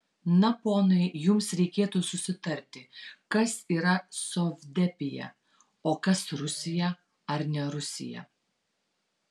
na ponai jums reikėtų susitarti kas yra sovdepija o kas rusija ar ne rusija